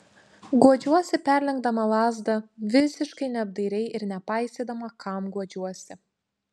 guodžiuosi perlenkdama lazdą visiškai neapdairiai ir nepaisydama kam guodžiuosi